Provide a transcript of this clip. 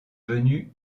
venu